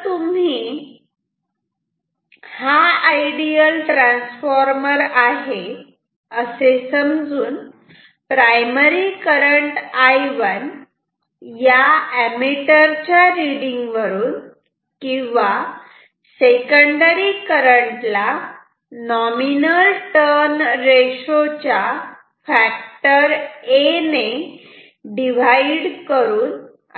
जर तुम्ही हा आयडियल ट्रान्सफॉर्मर आहे असे समजून प्रायमरी करंट I1 या ऍमिटर च्या रिडींग वरून किंवा सेकंडरी करंट ला नॉमिनल टर्न रेशो च्या फॅक्टर a ने डिव्हाइड करून